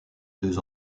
deux